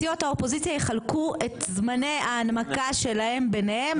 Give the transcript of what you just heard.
סיעות האופוזיציה יחלקו את זמני ההנמקה שלהן ביניהן,